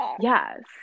Yes